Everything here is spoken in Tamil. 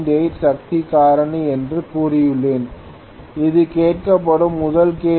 8 சக்தி காரணி என்று கூறியுள்ளேன் இது கேட்கப்படும் முதல் கேள்வி